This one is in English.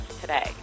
today